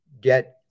get